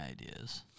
ideas